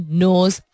knows